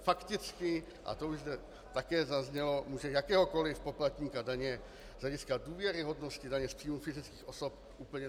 Fakticky, a to už zde také zaznělo, může jakéhokoliv poplatníka daně z hlediska důvěryhodnosti daně z příjmů fyzických osob úplně zlikvidovat.